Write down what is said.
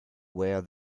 where